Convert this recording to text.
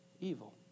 evil